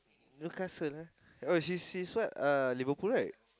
Newcastle lah oh she's she's what Liverpool right